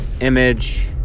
image